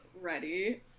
ready